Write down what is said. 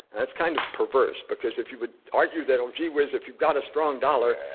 and it's kind of perverse, because if you would argue that, oh, gee whiz, if you've got a strong dollar,